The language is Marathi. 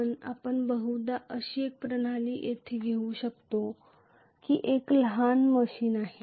पण आपण बहुधा अशी एक प्रणाली घेऊ जिथं हे एक लहान मशीन आहे